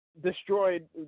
destroyed